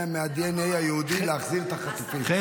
זה חלק מהדנ"א היהודי להחזיר את החטופים.